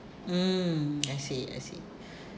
mm I see I see